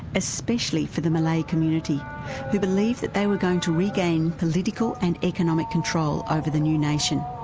especially for the malay community who believed that they were going to regain political and economic control over the new nation.